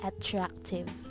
attractive